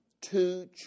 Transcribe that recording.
two